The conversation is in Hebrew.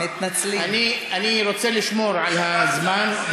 אני רוצה לשמור על הזמן,